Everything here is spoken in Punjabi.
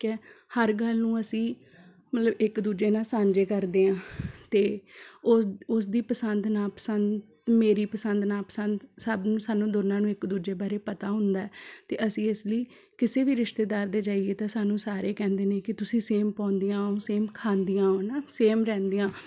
ਕਿ ਹਰ ਗੱਲ ਨੂੰ ਅਸੀਂ ਮਤਲਬ ਇੱਕ ਦੂਜੇ ਨਾਲ ਸਾਂਝੇ ਕਰਦੇ ਹਾਂ ਅਤੇ ਉਹ ਉਸਦੀ ਪਸੰਦ ਨਾ ਪਸੰਦ ਮੇਰੀ ਪਸੰਦ ਨਾ ਪਸੰਦ ਸਭ ਨੂੰ ਸਾਨੂੰ ਦੋਨਾਂ ਨੂੰ ਇੱਕ ਦੂਜੇ ਬਾਰੇ ਪਤਾ ਹੁੰਦਾ ਅਤੇ ਅਸੀਂ ਇਸ ਲਈ ਕਿਸੇ ਵੀ ਰਿਸ਼ਤੇਦਾਰ ਦੇ ਜਾਈਏ ਤਾਂ ਸਾਨੂੰ ਸਾਰੇ ਕਹਿੰਦੇ ਨੇ ਕਿ ਤੁਸੀਂ ਸੇਮ ਪਾਉਂਦੀਆਂ ਹੋ ਸੇਮ ਖਾਂਦੀਆਂ ਹੋ ਹੈ ਨਾ ਸੇਮ ਰਹਿੰਦੀਆਂ